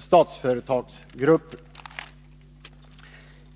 Statsföretagsgruppen.